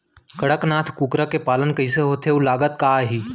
कड़कनाथ कुकरा के पालन कइसे होथे अऊ लागत का आही?